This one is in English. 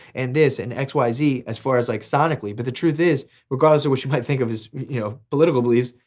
and this and x, y, z, as far as like sonically, but the truth is regardless of what you might think of his you know political beliefs,